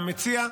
ולמציע,